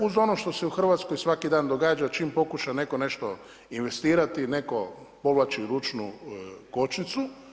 Uz ono što se u Hrvatskoj svaki dan događa, čim pokuša netko nešto investirati, netko povlači ručnu kočnicu.